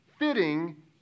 fitting